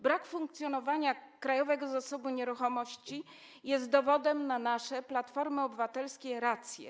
Brak funkcjonowania Krajowego Zasobu Nieruchomości jest dowodem na to, że my, Platforma Obywatelska, mamy rację.